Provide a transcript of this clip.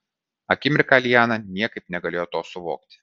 akimirką liana niekaip negalėjo to suvokti